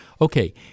Okay